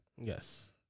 yes